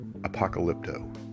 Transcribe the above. Apocalypto